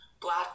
Black